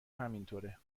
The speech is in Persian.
همینطوره